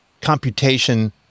computation